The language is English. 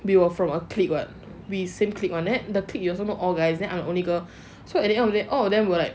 we were from a clique what we same clique [one] then you know the clique also all guys then I'm only girl so at the end of the all of them were like